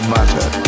Matter